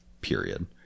period